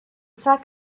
cinq